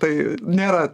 tai nėra